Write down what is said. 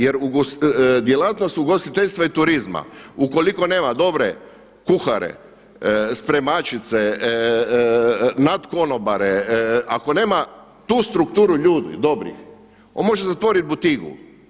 Jer djelatnost ugostiteljstva i turizma ukoliko nema dobre kuhare, spremačice, nad konobare, ako nema tu strukturu ljudi dobrih, on može zatvoriti butigu.